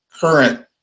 current